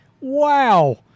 Wow